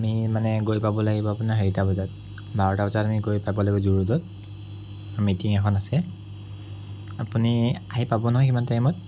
আমি মানে গৈ পাব লাগিব আপোনাৰ হেৰিটা বজাত বাৰটা বজাত আমি গৈ পাব লাগিব জু ৰোডত মিটিং এখন আছে আপুনি আহি পাব নহয় সিমান টাইমত